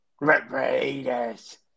Raiders